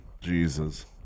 Jesus